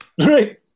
Right